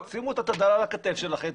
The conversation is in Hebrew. שימו את התד"ל על הכתף שלכם,